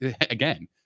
again